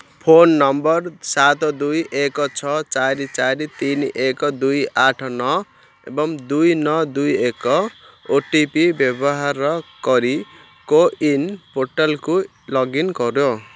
phone number ସାତ ଦୁଇ ଏକ୍ ଛଅ ଚାରି ଚାରି ତିନି ଏକ୍ ଦୁଇ ଆଠ ନଅ ଏବଂ ଦୁଇ ନଅ ଦୁଇ ଏକ୍ ଓ ଟି ପି ବ୍ୟବହାର କରି କୋୱିନ ପୋର୍ଟାଲ କୁ ଲଗ୍ଇନ କର